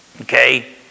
Okay